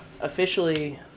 officially